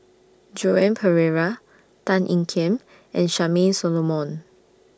Joan Pereira Tan Ean Kiam and Charmaine Solomon